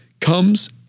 comes